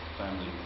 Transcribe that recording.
family